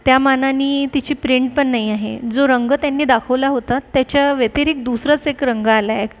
त्या मानानी तिची प्रिन्ट पण नाही आहे जो रंग त्यांनी दाखवला होता त्याच्या व्यतिरिक्त दुसराच एक रंग आला आहे